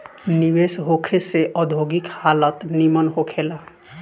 निवेश होखे से औद्योगिक हालत निमन होखे ला